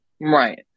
Right